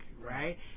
right